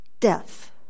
Death